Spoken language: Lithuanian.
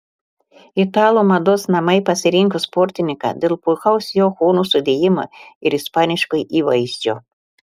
italų mados namai pasirinko sportininką dėl puikaus jo kūno sudėjimo ir ispaniško įvaizdžio